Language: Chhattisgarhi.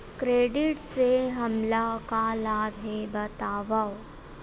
क्रेडिट से हमला का लाभ हे बतावव?